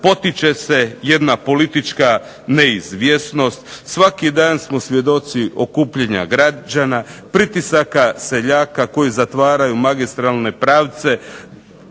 potiče se jedna politička neizvjesnost. Svaki dan smo svjedoci okupljanja građana, pritisaka seljaka koji zatvaraju magistralne pravce,